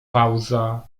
pauza